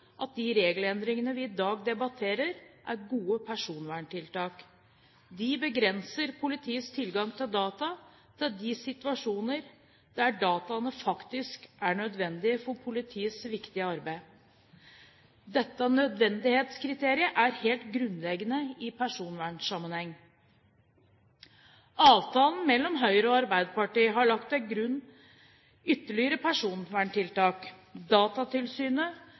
at de regelendringene vi i dag debatterer, er gode personverntiltak. De begrenser politiets tilgang til data til de situasjoner der dataene faktisk er nødvendige for politiets viktige arbeid. Dette nødvendighetskriteriet er helt grunnleggende i personvernsammenheng. Avtalen mellom Høyre og Arbeiderpartiet har lagt til grunn ytterligere personverntiltak.